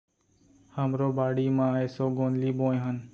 हमरो बाड़ी म एसो गोंदली बोए हन